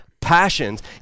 passions